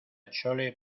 chole